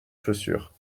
chaussures